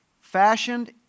Fashioned